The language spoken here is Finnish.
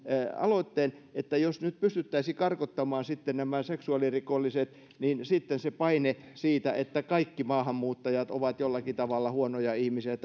aloitteen jos nyt pystyttäisiin karkottamaan nämä seksuaalirikolliset niin paine siitä että kaikki maahanmuuttajat ovat jollakin tavalla huonoja ihmisiä